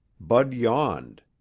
bud yawned.